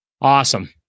Awesome